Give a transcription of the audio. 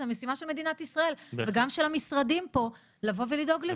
זאת המשימה של מדינת ישראל ושל המשרדים פה לבוא ולדאוג לזה.